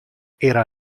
era